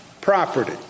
property